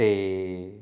'ਤੇ